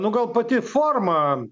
nu gal pati forma man